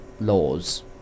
laws